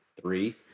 three